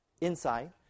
inside